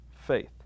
faith